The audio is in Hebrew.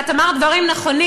ואמרת דברים נכונים.